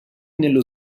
nello